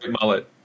mullet